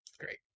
great